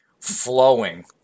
flowing